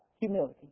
humility